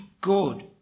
good